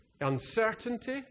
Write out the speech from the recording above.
uncertainty